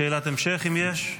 שאלת המשך, אם יש,